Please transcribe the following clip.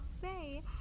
say